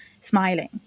Smiling